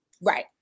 Right